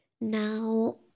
Now